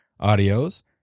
audios